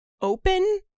open